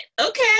Okay